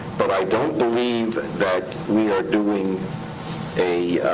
but i don't believe that we are doing a